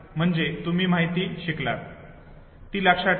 म्हणजे तुम्ही माहिती शिकलात ती लक्षात ठेवली